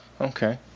Okay